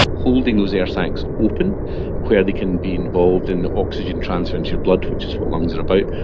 holding those air sacs open where they can be involved in the oxygen transfer into your blood, which is what lungs are about,